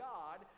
God